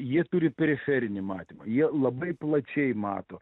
jie turi periferinį matymą jie labai plačiai mato